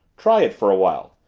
try it for a while.